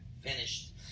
finished